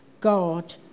God